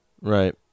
Right